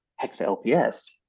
hexa-LPS